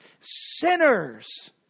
sinners